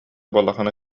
буоллаххына